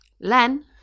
Len